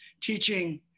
teaching